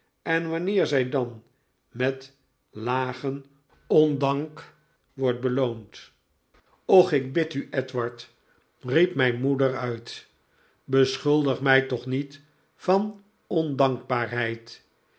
en wanneer zij dan met lagen ondank wordt beloond och ik bid u edward riep mijn moedavid copperfield der uit beschuldig mij toch niet van ondankbaarheid